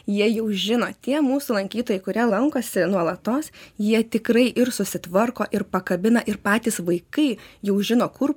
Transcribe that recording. jie jau žino tie mūsų lankytojai kurie lankosi nuolatos jie tikrai ir susitvarko ir pakabina ir patys vaikai jau žino kur